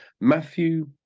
Matthew